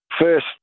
First